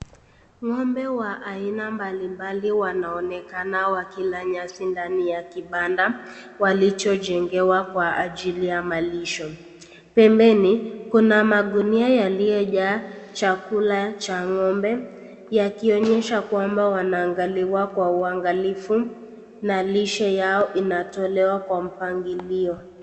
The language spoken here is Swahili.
Ngombe wa aina mbali mbali wanaonekana wakila nyasi ndani ya kibanda, walichojengewa kwa ajili ya malisho. Pembeni, kuna magunia yalio jaa chakula ca ngombe yakionyesha kwamba wanaangaliwa kwa uangalifu.na lishe yao inatolewa kwa mpangilio.